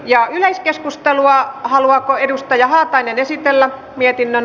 ja keskustelua haluatko edustaja haatainen esitellä mietinnön